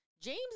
James